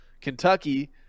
Kentucky